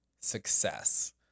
success